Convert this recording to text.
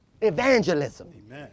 evangelism